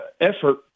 effort